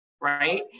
right